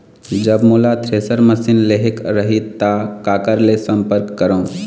जब मोला thresher machine लेहेक रही ता काकर ले संपर्क करों?